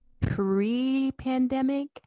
pre-pandemic